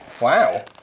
wow